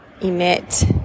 emit